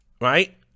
Right